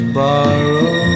borrow